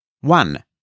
One